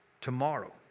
tomorrow